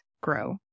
grow